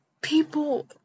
people